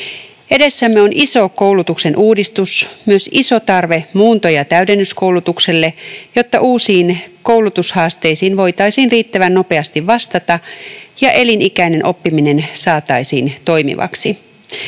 Edessämme on iso koulutuksen uudistus ja myös iso tarve muunto- ja täydennyskoulutukselle, jotta uusiin koulutushaasteisiin voitaisiin riittävän nopeasti vastata ja elinikäinen oppiminen saataisiin toimivaksi.